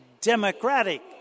democratic